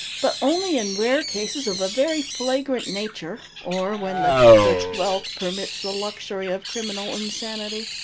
but only in rare cases of a very flagrant nature, or when the culprit's wealth permits the luxury of criminal insanity.